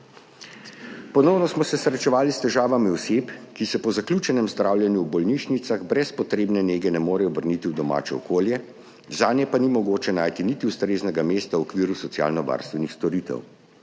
Ponovno smo se srečevali s težavami oseb, ki se po zaključenem zdravljenju v bolnišnicah brez potrebne nege ne morejo vrniti v domače okolje, zanje pa ni mogoče najti niti ustreznega mesta v okviru socialnovarstvenih storitev.